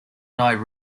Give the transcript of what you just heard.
night